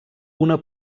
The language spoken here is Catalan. una